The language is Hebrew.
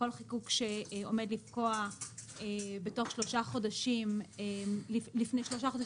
כל חיקוק שעומד לפקוע שלושה חודשים לפני